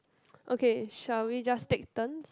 ok shall we just take turns